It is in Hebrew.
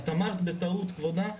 את אמרת בטעות כבודה,